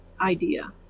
idea